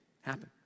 happen